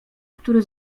który